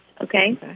Okay